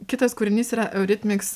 kitas kūrinys yra euritmiks